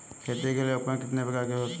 खेती के लिए उपकरण कितने प्रकार के होते हैं?